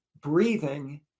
breathing